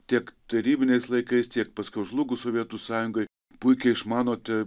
tiek tarybiniais laikais tiek paskiau žlugus sovietų sąjungai puikiai išmanote